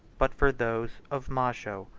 but for those of majo,